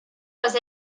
les